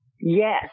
Yes